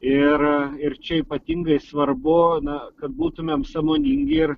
ir ir čia ypatingai svarbu na kad būtumėm sąmoningi ir